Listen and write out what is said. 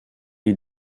you